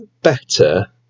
better